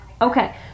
Okay